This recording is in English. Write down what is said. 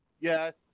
Yes